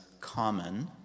common